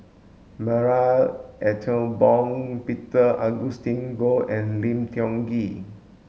Marie Ethel Bong Peter Augustine Goh and Lim Tiong Ghee